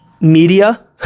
media